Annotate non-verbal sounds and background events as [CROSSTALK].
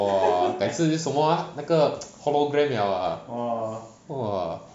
!wah! 改次就什么啊那个 [NOISE] hologram liao ah !wah!